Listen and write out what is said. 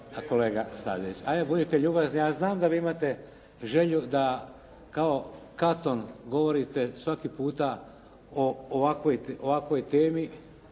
Pa kolega Stazić, hajde budite ljubazni. Ja znam da vi imate želju da kao Katon govorite svaki puta o ovakvoj temi